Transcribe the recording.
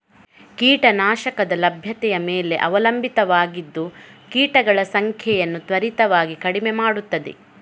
ಕೀಟ ನಾಶಕದ ಲಭ್ಯತೆಯ ಮೇಲೆ ಅವಲಂಬಿತವಾಗಿದ್ದು ಕೀಟಗಳ ಸಂಖ್ಯೆಯನ್ನು ತ್ವರಿತವಾಗಿ ಕಡಿಮೆ ಮಾಡುತ್ತದೆ